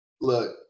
Look